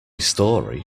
story